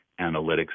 analytics